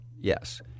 Yes